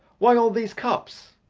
why all these cups?